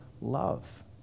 love